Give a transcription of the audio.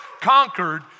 conquered